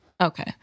Okay